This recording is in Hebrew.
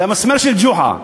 זה המסמר של ג'וחא.